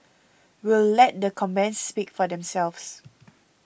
we'll let the comments speak for themselves